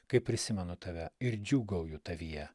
kai prisimenu tave ir džiūgauju tavyje